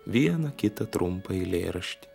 vieną kitą trumpą eilėraštį